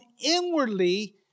inwardly